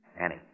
Annie